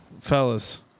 Fellas